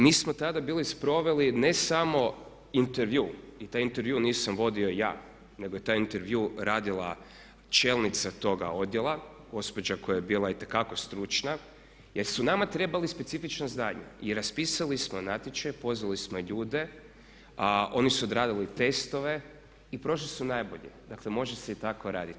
Mi smo tada bili sproveli ne samo intervju i taj intervju nisam vodio ja, nego je taj intervju radila čelnica toga odjela, gospođa koja je bila itekako stručna jer su nama treba specifična znanja i raspisali smo natječaj, pozvali smo ljude a oni su odradili testove i prošli su najbolji, dakle može se i tako raditi.